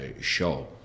show